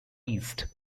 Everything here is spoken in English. east